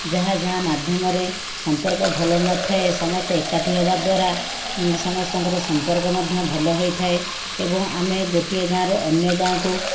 ଯାହା ଯାହା ମାଧ୍ୟମରେ ସମ୍ପର୍କ ଭଲ ନଥାଏ ସମସ୍ତେ ଏକାଠି ହେବା ଦ୍ୱାରା ସମସ୍ତଙ୍କର ସମ୍ପର୍କ ମଧ୍ୟ ଭଲ ହୋଇଥାଏ ଏବଂ ଆମେ ଗୋଟିଏ ଗାଁରୁ ଅନ୍ୟ ଗାଁକୁ